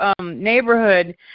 Neighborhood